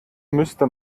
müsste